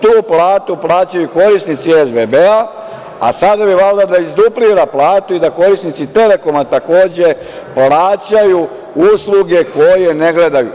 Tu platu plaćaju korisnici SBB, a sada bi valjda da duplira platu i da korisnici „Telekoma“, takođe, plaćaju usluge koje ne gledaju.